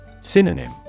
Synonym